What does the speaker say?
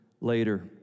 later